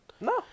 No